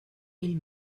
ell